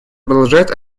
продолжают